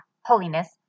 Holiness